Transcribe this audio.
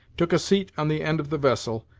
took a seat on the end of the vessel,